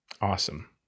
Awesome